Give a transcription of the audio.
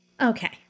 Okay